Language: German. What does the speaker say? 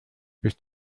bist